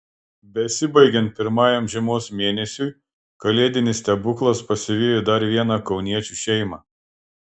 besibaigiant pirmajam žiemos mėnesiui kalėdinis stebuklas pasivijo dar vieną kauniečių šeimą